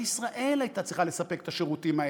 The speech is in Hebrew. מדינת ישראל הייתה צריכה לספק את השירותים האלה.